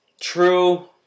True